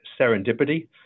serendipity